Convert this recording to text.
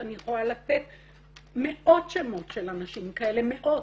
אני יכולה לתת מאות שמות של אנשים כאלה, מאות.